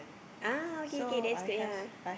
ah okay okay that's good yea